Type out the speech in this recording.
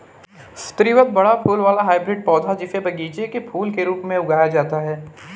स्रीवत बड़ा फूल वाला हाइब्रिड पौधा, जिसे बगीचे के फूल के रूप में उगाया जाता है